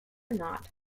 not